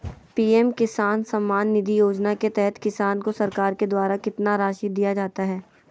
PM Kisan Samman Nidhi योजना के तहत किसान को सरकार के द्वारा कितना रासि दिया जाता है?